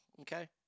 okay